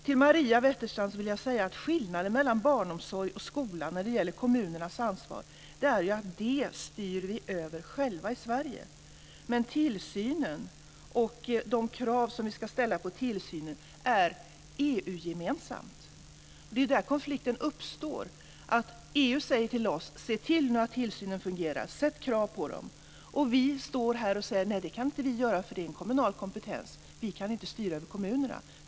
Till Maria Wetterstrand vill jag säga att skillnaden mellan barnomsorg och skola när det gäller kommunernas ansvar är att vi styr över detta själva i Sverige. Men tillsynen och de krav som vi ska ställa på tillsynen är EU-gemensamma. Det är där konflikten uppstår. EU säger till oss: Se nu till att tillsynen fungerar! Ställ krav på dem! Och vi står här och säger: Nej, det kan vi inte göra, för det är en kommunal kompetens. Vi kan inte styra över kommunerna.